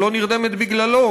שלא נרדמת בגללו,